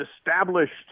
established